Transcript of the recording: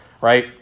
right